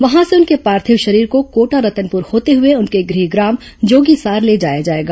वहां से उनके पार्थिव शरीर को कोटा रतनपुर होते हुए उनके गृहग्राम जोगीसार ले जाया जाएगा